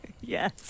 yes